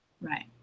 Right